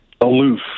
aloof